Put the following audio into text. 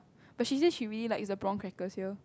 but she say she really likes the prawn crackers here